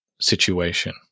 situation